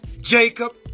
Jacob